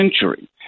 century